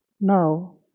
Now